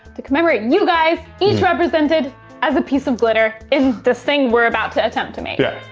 to commemorate you guys, each represented as a piece of glitter in this thing we're about to attempt to make. yeah.